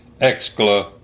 excla